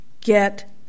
get